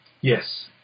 yes